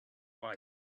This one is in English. wise